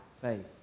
faith